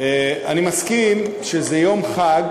אני מסכים שזה יום חג,